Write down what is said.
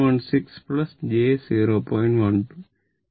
16 j 0